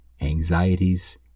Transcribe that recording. anxieties